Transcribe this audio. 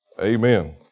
Amen